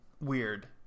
weird